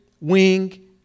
wing